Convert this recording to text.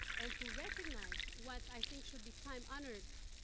and to recognize what, i think, should be time-honored